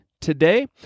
today